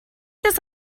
this